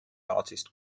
artist